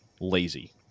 Lazy